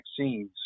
vaccines